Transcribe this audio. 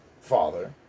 father